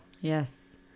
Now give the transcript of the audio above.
Yes